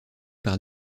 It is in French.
par